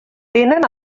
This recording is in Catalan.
tenen